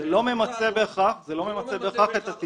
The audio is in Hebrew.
זה לא ממצה בהכרח את הטיפול.